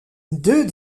deux